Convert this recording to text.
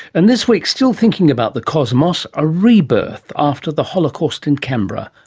and this week, still thinking about the cosmos, a rebirth after the holocaust in canberra.